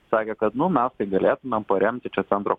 sakė kad nu mes tai galėtumėm paremti čia centro